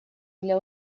для